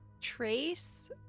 trace